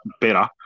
better